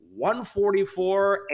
144